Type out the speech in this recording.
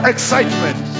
Excitement